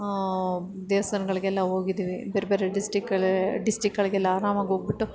ದೇವಸ್ಥಾನಗಳಿಗೆಲ್ಲ ಹೋಗದ್ದೀವಿ ಬೇರೆ ಬೇರೆ ಡಿಸ್ಟಿಕ್ಗಳೇ ಡಿಸ್ಟಿಕ್ಗಳಿಗೆಲ್ಲ ಆರಾಮಾಗಿ ಹೋಗ್ಬಿಟ್ಟು